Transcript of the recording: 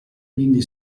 quindi